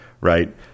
right